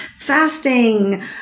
fasting